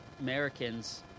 Americans